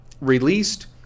released